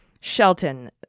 Shelton